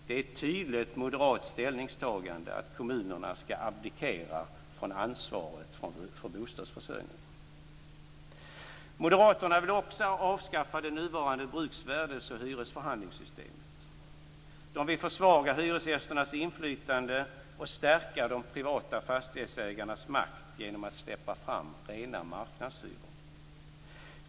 Det är ett tydligt moderat ställningstagande att kommunerna skall abdikera från ansvaret för bostadsförsörjningen. Moderaterna vill också avskaffa det nuvarande bruksvärdes och hyresförhandlingssystemet. De vill försvaga hyresgästernas inflytande och stärka de privata fastighetsägarnas makt genom att släppa fram rena marknadshyror.